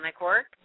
work